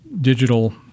digital